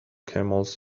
camels